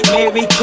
Mary